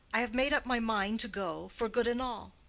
i have made up my mind to go, for good and all.